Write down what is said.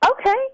Okay